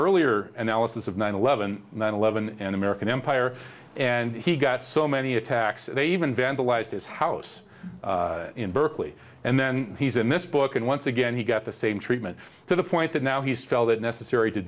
earlier analysis of nine eleven nine eleven in american empire and he got so many attacks they even vandalized his house in berkeley and then he's in this book and once again he got the same treatment to the point that now he spelled it necessary to